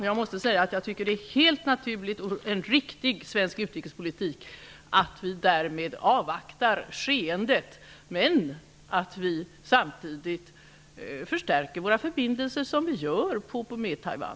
Jag måste säga att jag tycker att det är helt naturligt och en riktig svensk utrikespolitik att vi avvaktar skeendet men att vi samtidigt förstärker våra förbindelser med Taiwan.